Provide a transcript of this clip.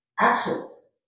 actions